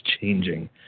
changing